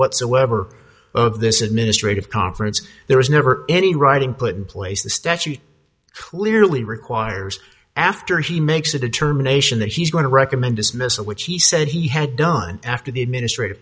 whatsoever of this administrative conference there was never any writing put in place the statute clearly requires after he makes a determination that he's going to recommend dismissal which he said he had done after the administrative